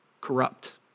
corrupt